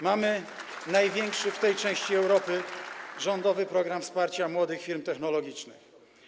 Mamy największy w tej części Europy rządowy program wsparcia młodych firm technologicznych.